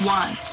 one